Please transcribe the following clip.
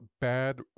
bad